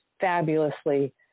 fabulously